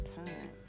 time